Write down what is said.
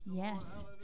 Yes